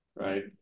Right